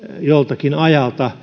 joltakin ajalta